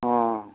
अ